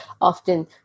often